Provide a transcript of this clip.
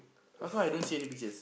how come I don't see any pictures